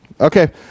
Okay